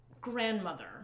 grandmother